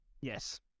Yes